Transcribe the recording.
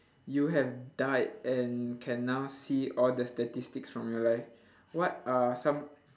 you have died and can now see all the statistics from your life what are some